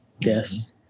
Yes